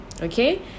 okay